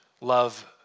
love